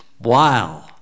Wow